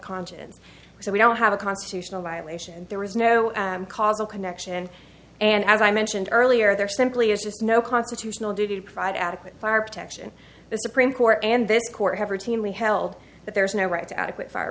conscience so we don't have a constitutional violation there is no causal connection and as i mentioned earlier there simply is just no constitutional duty to provide adequate fire protection the supreme court and this court have routinely held that there is no right to adequate fire